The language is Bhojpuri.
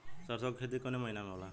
सरसों का खेती कवने महीना में होला?